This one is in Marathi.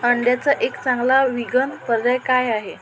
अंड्याचा एक चांगला विगम पर्याय काय आहे